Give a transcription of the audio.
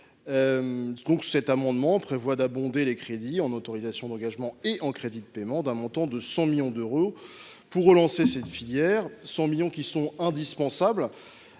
Cet amendement vise donc à abonder les crédits en autorisations d’engagement et en crédits de paiement d’un montant de 100 millions d’euros pour relancer cette filière, une somme indispensable